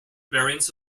variants